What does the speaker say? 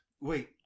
Wait